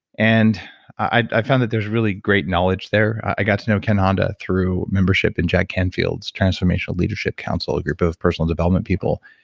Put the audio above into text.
and i found that there's really great knowledge there. i got to know ken honda through membership in jack canfield's transformational leadership council, a group of personal development people.